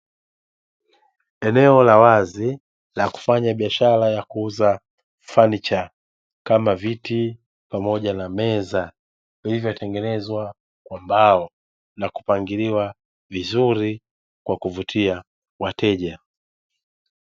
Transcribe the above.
Eneo la wazi la kufanya biashara ya kuuza fanicha kama viti pamoja na meza vilivyotengenezwa kwa mbao, na kupangiliwa vizuri kwa kuvutia wateja.